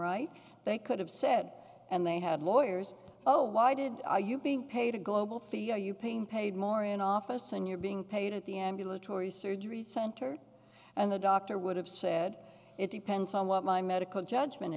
right they could have said and they have lawyers oh why did are you being paid a global fee you are you paying paid more in office and you're being paid at the ambulatory surgery center and the doctor would have said it depends on what my medical judgment